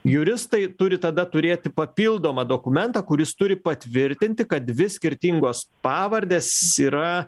juristai turi tada turėti papildomą dokumentą kuris turi patvirtinti kad dvi skirtingos pavardės yra